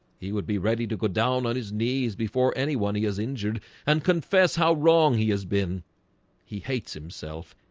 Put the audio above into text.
he would be ready to go down on his knees before anyone. he has injured and confess how wrong he has been he hates himself.